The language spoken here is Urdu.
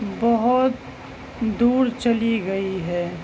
بہت دور چلی گئی ہے